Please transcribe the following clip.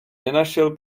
nenašel